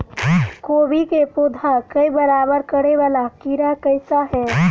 कोबी केँ पौधा केँ बरबाद करे वला कीड़ा केँ सा है?